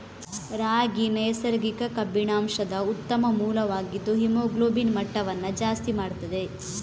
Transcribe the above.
ರಾಗಿ ನೈಸರ್ಗಿಕ ಕಬ್ಬಿಣಾಂಶದ ಉತ್ತಮ ಮೂಲವಾಗಿದ್ದು ಹಿಮೋಗ್ಲೋಬಿನ್ ಮಟ್ಟವನ್ನ ಜಾಸ್ತಿ ಮಾಡ್ತದೆ